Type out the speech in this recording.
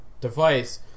device